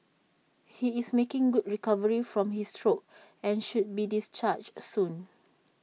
he is making good recovery from his stroke and should be discharged A soon